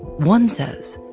one says,